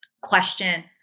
question